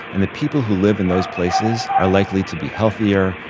and the people who live in those places are likely to be healthier,